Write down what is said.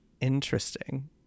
interesting